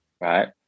right